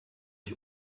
ich